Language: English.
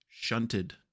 shunted